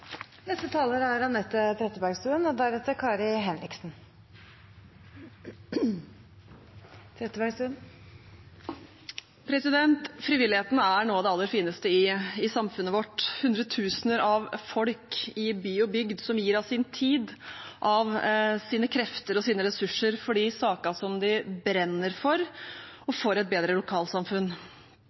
Frivilligheten er noe av det aller fineste i samfunnet vårt – hundretusener av folk i by og bygd som gir av sin tid, sine krefter og sine ressurser for de sakene de brenner for, og for et bedre lokalsamfunn.